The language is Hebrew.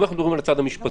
אם אתה מדבר על הצד המשפטי,